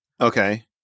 Okay